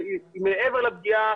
מעבר לפגיעה